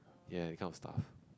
ya that kind of stuff